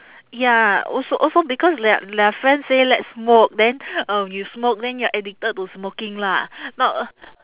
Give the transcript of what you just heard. ya also also because their their friend say let's smoke then um you smoke then you're addicted to smoking lah not